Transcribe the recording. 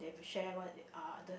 share what the other